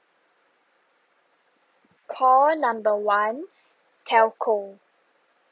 call number one telco